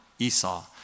Esau